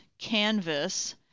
canvas